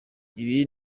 ibi